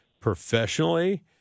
professionally